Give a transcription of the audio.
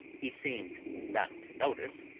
he seemed not to notice,